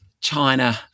China